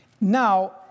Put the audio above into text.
Now